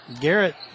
Garrett